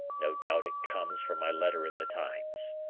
no doubt it comes from my letter in the times.